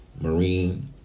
Marine